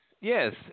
Yes